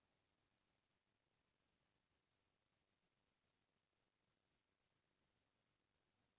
आज कल तो बरोबर हर जघा मनखे के सिविल ल देखे बर धर ले गे हावय